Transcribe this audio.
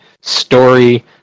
story